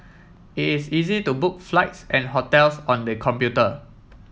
it is easy to book flights and hotels on the computer